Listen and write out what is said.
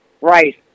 right